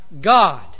God